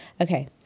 okay